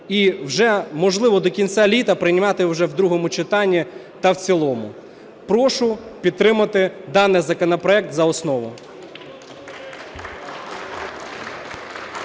і вже, можливо, до кінця літа прийняти вже в другому читанні та в цілому. Прошу підтримати даний законопроект за основу.